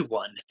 one